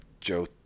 Joe